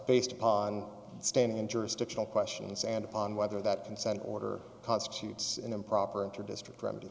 based upon standing in jurisdictional questions and upon whether that consent order constitutes an improper interdistrict remedy